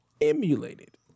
emulated